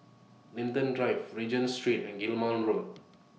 Linden Drive Regent Street and Guillemard Road